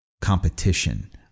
competition